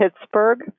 Pittsburgh